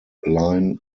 line